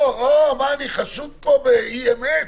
אני חשוד פה באי-אמת?